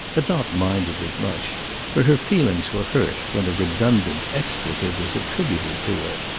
had not minded it much but her feelings were hurt when a redundant expletive was attributed to her.